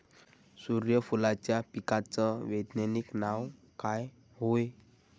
सुर्यफूलाच्या पिकाचं वैज्ञानिक नाव काय हाये?